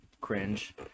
cringe